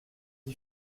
d’y